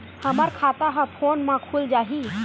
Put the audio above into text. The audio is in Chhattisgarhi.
हमर खाता ह फोन मा खुल जाही?